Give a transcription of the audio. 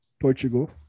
Portugal